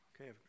Okay